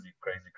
crazy